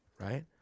right